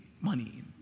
money